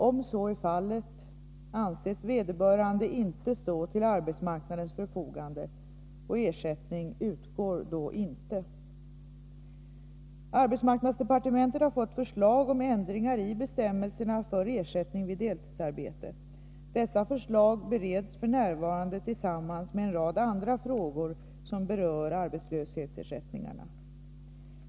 Om så är fallet, anses vederbörande inte stå till arbetsmarknadens förfogande och ersättning utgår då inte. Arbetsmarknadsdepartementet har fått förslag om ändringar i bestämmelserna för ersättning vid deltidsarbete. Dessa förslag bereds f. n. tillsammans med en rad andra frågor som berör arbetslöshetsersättningarna.